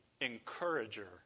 encourager